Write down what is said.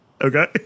Okay